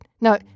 No